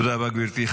תודה רבה, גברתי.